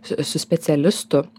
su specialistu